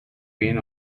been